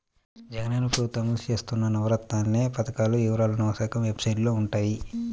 జగనన్న ప్రభుత్వం అమలు చేత్తన్న నవరత్నాలనే పథకాల వివరాలు నవశకం వెబ్సైట్లో వుంటయ్యి